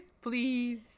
Please